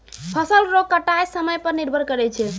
फसल रो कटाय समय पर निर्भर करै छै